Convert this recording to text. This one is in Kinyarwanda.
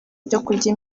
ibyokurya